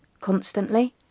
constantly